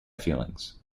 feelings